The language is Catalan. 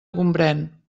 gombrèn